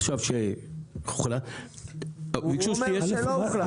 עכשיו שהוכרע --- הוא אומר שלא הוכרע.